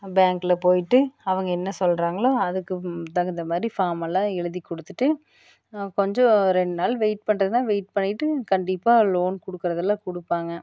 பேங்கில் போயிட்டு அவங்க என்ன சொல்லுறாங்களோ அதுக்கு தகுந்தமாதிரி ஃபார்ம் எல்லாம் எழுதிக்கொடுத்துட்டு நான் கொஞ்சம் ரெண்டு நாள் வெயிட் பண்ணுறதுனா வெயிட் பண்ணிகிட்டு கண்டிப்பக லோன் கொடுக்குறதெல்லாம் கொடுப்பாங்க